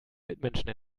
mitmenschen